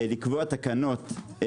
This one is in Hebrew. לקבוע תקנות.